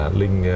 linh